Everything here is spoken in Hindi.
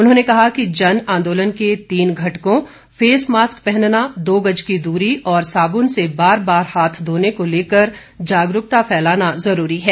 उन्होंने कहा कि जनआंदोलन के तीन घटकों फेस मास्क पहनना दो गज की दूरी और साबुन से बार बार हाथ धोने को लेकर जागरूकता फैलाना जरूरी है